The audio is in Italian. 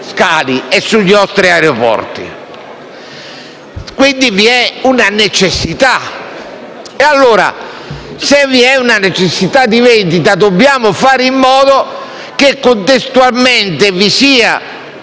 e sui nostri aeroporti. Vi è una necessità. Ebbene, se vi è una necessità di vendita, dobbiamo fare in modo che, contestualmente, vi sia